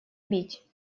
бить